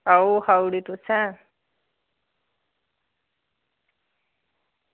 आओ खाई ओड़ी तुसें